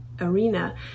arena